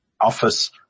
Office